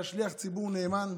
הוא היה שליח ציבור נאמן.